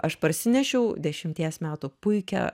aš parsinešiau dešimties metų puikią